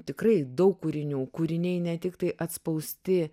tikrai daug kūrinių kūriniai ne tiktai atspausti